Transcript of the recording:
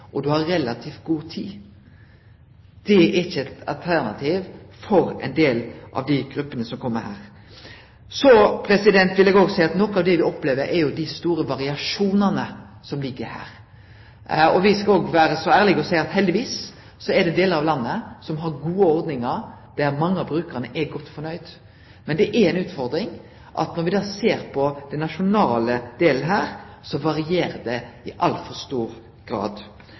tidspunkt, du har ein fast aktivitet og du har relativt god tid. Det er ikkje eit alternativ for ein del av dei gruppene som kjem her. Så vil eg òg seie at noko av det me opplever, er dei store variasjonane som ligg her. Me skal òg vere så ærlege å seie at heldigvis er det delar av landet som har gode ordningar der mange av brukarane er godt fornøgde. Men det er ei utfordring når me ser på den nasjonale delen her, at det varierer i altfor stor grad.